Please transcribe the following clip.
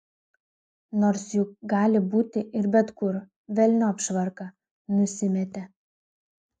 nors juk gali būti ir bet kur velniop švarką nusimetė